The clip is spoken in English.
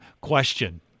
question